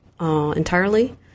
entirely